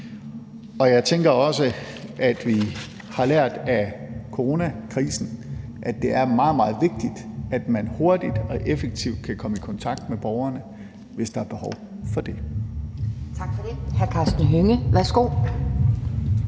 gå. Jeg tænker også, at vi har lært af coronakrisen, at det er meget, meget vigtigt, at man hurtigt og effektivt kan komme i kontakt med borgerne, hvis der er behov for det. Kl. 17:45 Anden næstformand